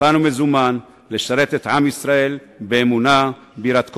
מוכן ומזומן לשרת את עם ישראל באמונה, ביראת קודש,